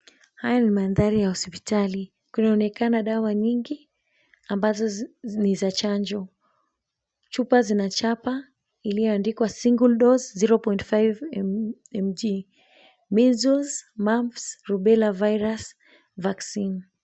Haya ni mandhari ya hospitali, kunaonekana dawa nyingi ambazo ni za chanjo. Chupa zinachapa iliyoandikwa [cc]single dose 0.5mg measles, mumps rubella virus vaccine .